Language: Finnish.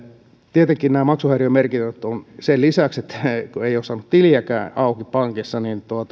tietenkin nämä maksuhäiriömerkinnät sen lisäksi että ei ole saanut tiliäkään auki pankissa